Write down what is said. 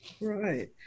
right